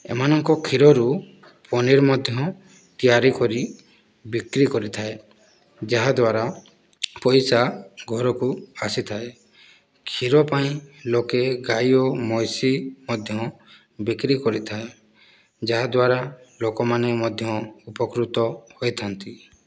ଏମାନଙ୍କ କ୍ଷୀରରୁ ପନିର୍ ମଧ୍ୟ ତିଆରି କରି ବିକ୍ରି କରିଥାଏ ଯାହା ଦ୍ଵାରା ପଇସା ଘରକୁ ଆସିଥାଏ କ୍ଷୀର ପାଇଁ ଲୋକେ ଗାଈ ଓ ମଇଁଷି ମଧ୍ୟ ବିକ୍ରି କରିଥାଏ ଯାହାଦ୍ଵାରା ଲୋକମାନେ ମଧ୍ୟ ଉପକୃତ ହୋଇଥାନ୍ତି